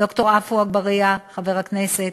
ד"ר עפו אגבאריה, חבר הכנסת,